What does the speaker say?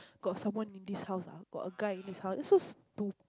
got someone in this house ah got a guy in this house is so to